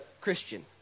Christian